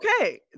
okay